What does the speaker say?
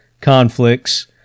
conflicts